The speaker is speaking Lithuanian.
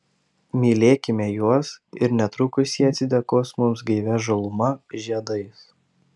mylėkime juos ir netrukus jie atsidėkos mums gaivia žaluma žiedais